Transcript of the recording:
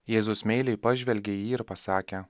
jėzus meiliai pažvelgė į jį ir pasakė